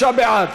33 בעד,